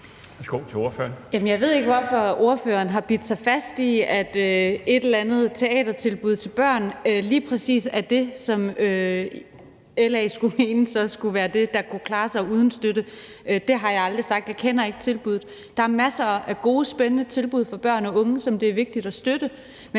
Jeg ved ikke, hvorfor ordføreren har bidt sig fast i, at et eller andet teatertilbud til børn lige præcis er det, som LA skulle mene skulle være det, der kunne klare sig uden støtte. Det har jeg aldrig sagt. Jeg kender ikke tilbuddet. Der er masser af gode, spændende tilbud for børn og unge, som det er vigtigt at støtte.